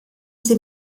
sie